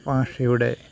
ഭാഷയുടെ